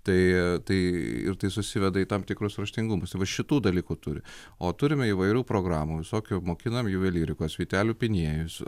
tai tai ir tai susiveda į tam tikrus raštingumas yra šitų dalykų turi o turime įvairių programų visokių mokinam juvelyrikos vytelių pynėjus